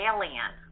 Alien